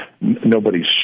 nobody's